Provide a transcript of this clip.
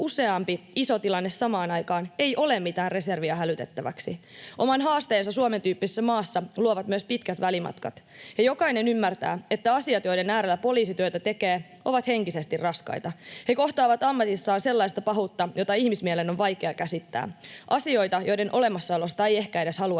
useampi iso tilanne samaan aikaan, ei ole mitään reserviä hälytettäväksi. Oman haasteensa Suomen tyyppisessä maassa luovat myös pitkät välimatkat, ja jokainen ymmärtää, että asiat, joiden äärellä poliisi työtä tekee, ovat henkisesti raskaita. He kohtaavat ammatissaan sellaista pahuutta, jota ihmismielen on vaikea käsittää, asioita, joiden olemassaolosta ei ehkä edes haluaisi